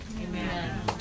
Amen